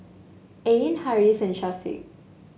Ain Harris and Syafiq